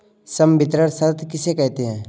संवितरण शर्त किसे कहते हैं?